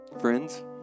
Friends